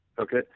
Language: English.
Okay